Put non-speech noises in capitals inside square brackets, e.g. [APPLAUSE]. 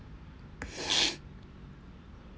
[BREATH]